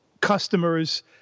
Customers